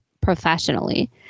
professionally